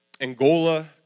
Angola